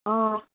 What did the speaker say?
অঁ